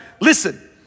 listen